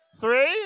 Three